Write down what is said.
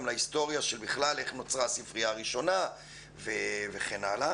להיסטוריה של איך נוצרה הספרייה הראשונה וכן הלאה,